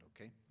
okay